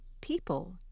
people